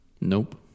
Nope